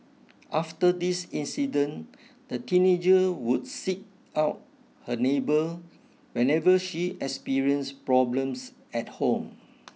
after this incident the teenager would seek out her neighbour whenever she experience problems at home